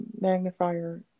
magnifier